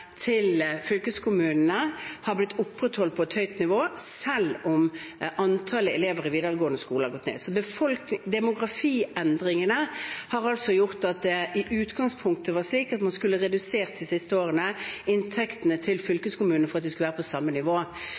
til fylkeskommunene har blitt opprettholdt på et høyt nivå selv om antallet elever i videregående skole har gått ned. Demografiendringene har altså gjort at det i utgangspunktet var slik at man de siste årene skulle redusert inntektene til fylkeskommunene for at de skulle være på samme nivå.